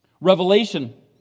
revelation